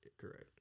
Correct